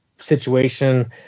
situation